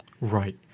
Right